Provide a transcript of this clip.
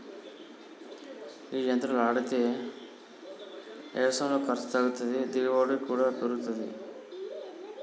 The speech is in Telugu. గీ యంత్రాలు ఆడితే యవసాయంలో ఖర్సు తగ్గుతాది, దిగుబడి కూడా పెరుగుతాది